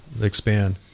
expand